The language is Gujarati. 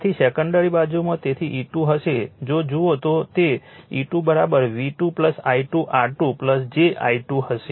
તેથી સેકન્ડરી બાજુમાં તેથી E2 હશે જો જુઓ તો તે E2 V2 I2 R2 j I2 હશે